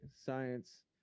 Science